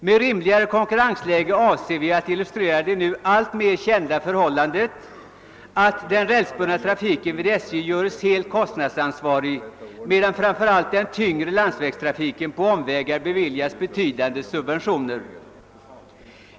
Med ett rimligare konkurrensläge avser vi att illustrera det nu alltmer kända förhållandet att den rälsbundna trafiken vid SJ görs helt kostnadsansvarig, medan framför allt den tyngre landsvägstrafiken på omvägar beviljas betydande subventioner.